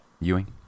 Ewing